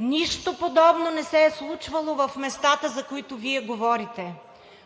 Нищо подобно не се е случвало в местата, за които Вие говорите.